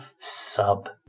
sub-